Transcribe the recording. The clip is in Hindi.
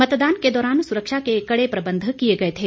मतदान के दौरान सुरक्षा के कड़े प्रबंध किए गए थे